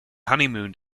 honeymooned